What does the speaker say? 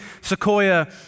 Sequoia